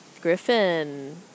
Griffin